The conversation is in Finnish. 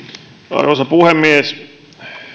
arvoisa puhemies